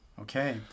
Okay